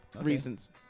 reasons